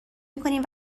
میکنیم